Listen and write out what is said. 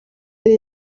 ari